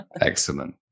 Excellent